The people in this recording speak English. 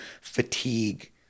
fatigue